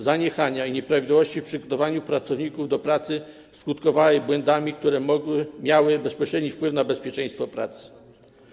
Zaniechania i nieprawidłowości w przygotowaniu pracowników do pracy skutkowały błędami, które miały bezpośredni wpływ na bezpieczeństwo pracy.